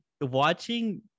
watching